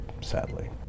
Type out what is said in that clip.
sadly